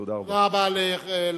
תודה רבה לך.